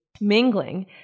mingling